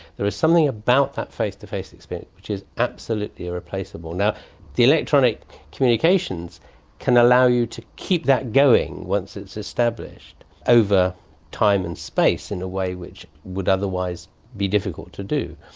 there is something about that face-to-face experience which is absolutely irreplaceable. now the electronic communications can allow you to keep that going once it's established over time and space in a way which would otherwise be difficult to do.